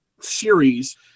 series